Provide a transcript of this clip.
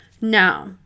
Now